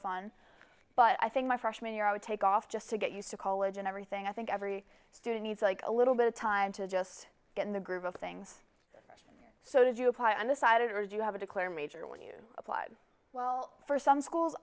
fun but i think my freshman year i would take off just to get used to college and everything i think every student needs like a little bit of time to just get in the groove of things so that you apply undecided or you have a clear major when you applied well for some school